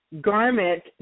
garment